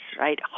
right